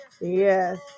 Yes